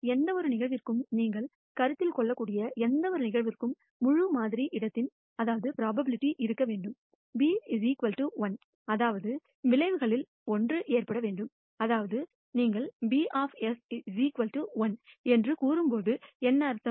எந்தவொரு நிகழ்விற்கும் நீங்கள் கருத்தில் கொள்ளக்கூடிய எந்தவொரு நிகழ்விற்கும் முழு மாதிரி இடத்தின் ப்ரோபபிலிட்டி இருக்க வேண்டும் be 1 அதாவது விளைவுகளில் 1 ஏற்பட வேண்டும் அதாவது நீங்கள் P 1 என்று கூறும்போது என்ன அர்த்தம்